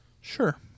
Sure